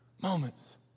moments